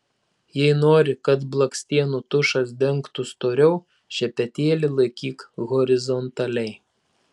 jei nori kad blakstienų tušas dengtų storiau šepetėlį laikyk horizontaliai